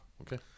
Okay